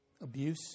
abuse